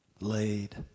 laid